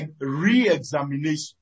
re-examination